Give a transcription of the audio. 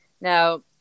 Now